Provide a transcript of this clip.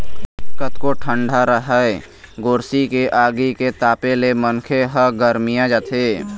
कतको ठंडा राहय गोरसी के आगी के तापे ले मनखे ह गरमिया जाथे